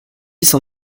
son